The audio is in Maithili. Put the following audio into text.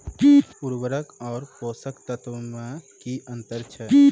उर्वरक आर पोसक तत्व मे की अन्तर छै?